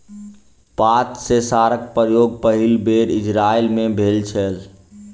पात सेंसरक प्रयोग पहिल बेर इजरायल मे भेल छल